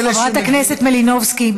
חברת הכנסת מלינובסקי,